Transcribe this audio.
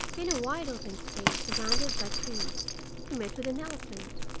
in a wide open space surrounded by trees he met with an elephant,